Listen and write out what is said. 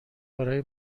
برای